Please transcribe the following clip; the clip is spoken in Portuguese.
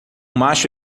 macho